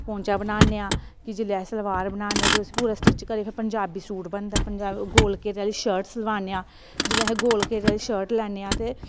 पोंचा बनाने आं कि जिल्लै सलवार बनाने फिर उस्सी पूरा स्टिच करियै पंजाबी सूट बनदा ऐ पंजाबी गोल घेरे आह्ली शर्ट सिलवाने आं जिल्लै अस गोल घेरे आह्ली शर्ट लैने आं ते